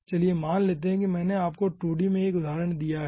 चलिए मान लेते है कि मैंने आपको 2d में एक उदाहरण दिया है